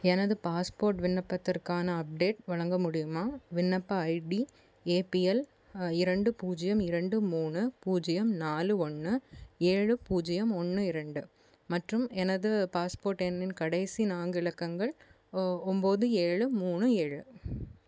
எனது பாஸ்போர்ட் விண்ணப்பத்திற்கான அப்டேட் வழங்க முடியுமா விண்ணப்ப ஐடி ஏபிஎல் இரண்டு பூஜ்ஜியம் இரண்டு மூணு பூஜ்ஜியம் நாலு ஒன்று ஏழு பூஜ்ஜியம் ஒன்று இரண்டு மற்றும் எனது பாஸ்போர்ட் எண்ணின் கடைசி நான்கு இலக்கங்கள் ஒ ஒம்பது ஏழு மூணு ஏழு